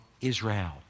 Israel